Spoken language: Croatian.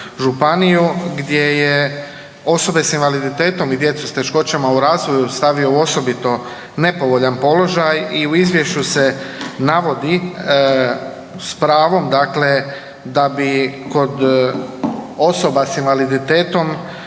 županiju gdje je osobe s invaliditetom i djecu s teškoćama u razvoju stavio u osobito nepovoljan položaj i u izvješću se navodi s pravom da bi kod osoba s invaliditetom